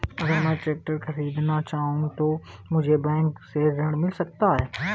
अगर मैं ट्रैक्टर खरीदना चाहूं तो मुझे बैंक से ऋण मिल सकता है?